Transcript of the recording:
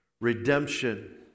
Redemption